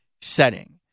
setting